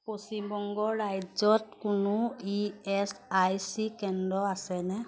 পশ্চিম বংগ ৰাজ্যত কোনো E S I C কেন্দ্ৰ আছেনে